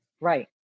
Right